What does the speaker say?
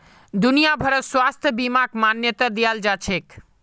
दुनिया भरत स्वास्थ्य बीमाक मान्यता दियाल जाछेक